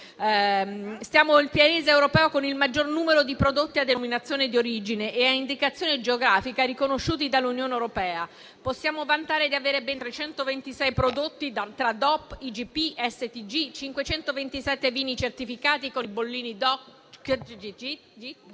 Siamo il Paese europeo con il maggior numero di prodotti a denominazione di origine e a indicazione geografica riconosciuti dall'Unione europea. Possiamo vantare di avere ben 326 prodotti tra DOP, IGP e STG; 527 vini certificati con i bollini DOC,